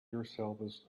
yourselves